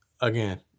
again